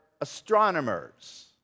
astronomers